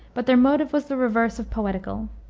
but their motive was the reverse of poetical.